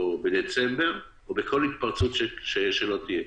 בדצמבר או בכל התפרצות שתהיה.